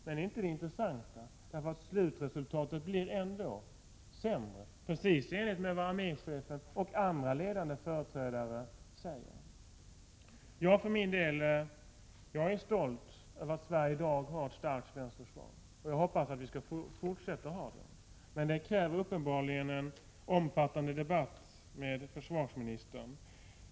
Men det är inte det intressantaste, därför att slutresultatet blir ändå sämre, precis i enlighet med vad arméchefen och andra ledande företrädare för försvaret säger. Jag för min del är stolt över att vi i dag har ett starkt svenskt försvar, och jag hoppas att vi skall få fortsätta att ha det. Men det krävs uppenbarligen en omfattande debatt med försvarsministern.